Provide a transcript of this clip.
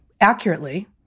accurately